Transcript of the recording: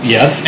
Yes